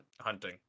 hunting